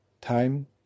time